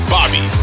Bobby